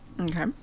Okay